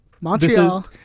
Montreal